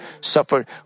suffered